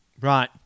Right